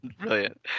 Brilliant